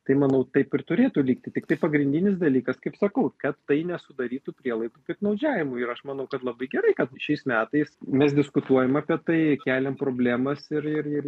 tai manau taip ir turėtų likti tiktai pagrindinis dalykas kaip sakau kad tai nesudarytų prielaidų piktnaudžiavimui ir aš manau kad labai gerai kad šiais metais mes diskutuojam apie tai keliam problemas ir ir ir